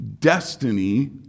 destiny